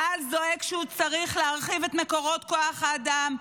צה"ל זועק שהוא צריך להרחיב את מקורות כוח האדם,